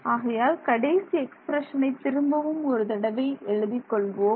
ஆகையால் கடைசி எக்ஸ்பிரஷனை திரும்பவும் ஒரு தடவை எழுதிக் கொள்வோம்